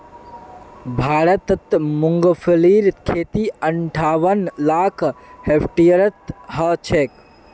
भारतत मूंगफलीर खेती अंठावन लाख हेक्टेयरत ह छेक